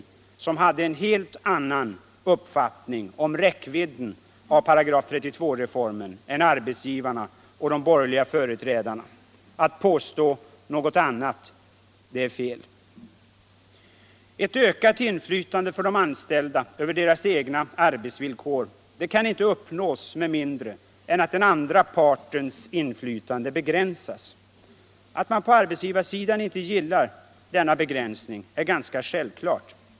Dessa hade en helt annan uppfattning om räckvidden av § 32-reformen än arbetsgivarna och de borgerliga företrädarna. Att påstå något annat är fel. Ett ökat inflytande för de anställda över deras egna arbetsvillkor kan inte uppnås med mindre än att den andra partens inflytande begränsas. Att man på arbetsgivarsidan inte gillar denna begränsning är ganska självklart.